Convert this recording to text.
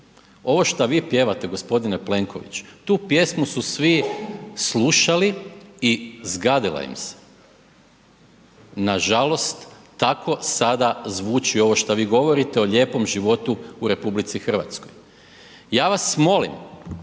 Ovo što vi pjevate g. Plenkoviću, tu pjesmu su svi slušali i zgadila im se. Nažalost, tako sada zvuči ovo šta vi govorite o lijepom životu u RH. Ja vas molim